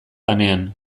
lanean